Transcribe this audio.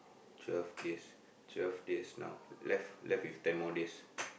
twelve days twelve days now left left with ten more days